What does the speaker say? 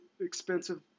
expensive